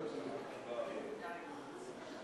הודעה למזכירת הכנסת.